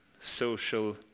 social